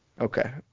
Okay